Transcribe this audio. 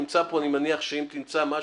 הוא נמצא פה,